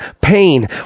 pain